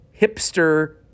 hipster